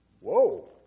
Whoa